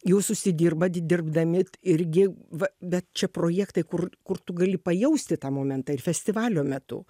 jūs užsidirbat dirbdami t irgi va bet čia projektai kur kur tu gali pajausti tą momentą ir festivalio metu